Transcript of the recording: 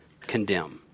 condemn